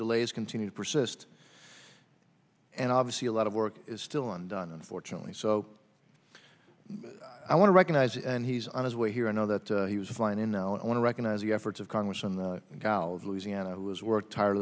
delays continue to persist and obviously a lot of work is still on done unfortunately so i want to recognize and he's on his way here i know that he was flying in now i want to recognize the efforts of congress and the cow the louisiana was worked tire